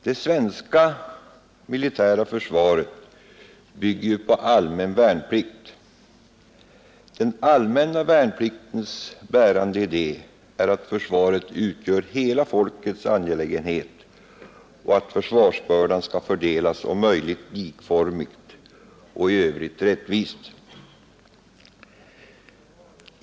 Det svenska militära försvaret bygger ju på allmän värnplikt. Den allmänna värnpliktens bärande idé är att försvaret utgör hela folkets angelägenhet och att försvarsbördan skall fördelas om möjligt likformigt och i övrigt rättvist.